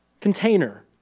container